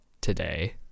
today